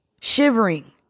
shivering